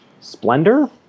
Splendor